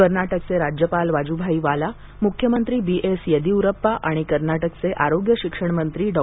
कर्नाटकचे राज्यपाल वाजूभाई वाला मुख्यमंत्री बी एस येदियुरप्पा आणि कर्नाटकचे आरोग्य शिक्षण मंत्री डॉ